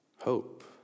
hope